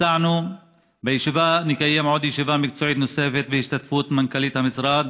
הצענו בישיבה שנקיים עוד ישיבה מקצועית בהשתתפות מנכ"לית המשרד